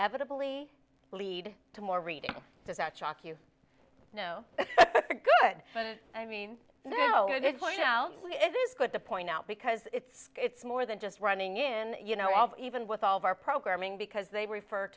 evidently lead to more reading does that shock you no good but i mean no it's pointed out it is good to point out because it's it's more than just running in you know all even with all of our programming because they refer